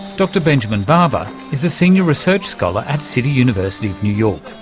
dr benjamin barber is a senior research scholar at city university of new york.